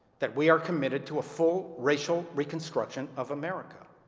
that we are committed to a full racial reconstruction of america.